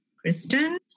Kristen